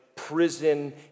prison